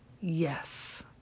yes